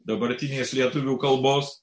dabartinės lietuvių kalbos